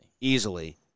Easily